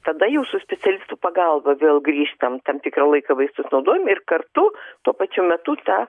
tada jūsų specialistų pagalba vėl grįžtam tam tikrą laiką vaisius naudojam ir kartu tuo pačiu metu ta